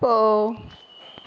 போ